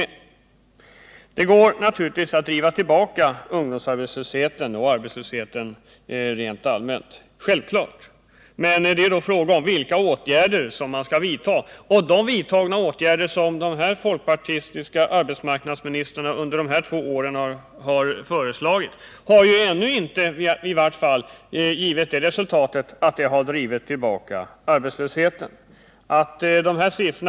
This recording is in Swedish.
Det går naturligtvis att driva tillbaka ungdomsarbetslösheten och arbetslösheten helt allmänt, men det är då fråga om vilka åtgärder man skall vidta. De åtgärder som de folkpartistiska arbetsmarknadsministrarna under de senaste två åren har föreslagit har ju i varje fall inte ännu givit det resultatet att arbetslösheten har drivits tillbaka.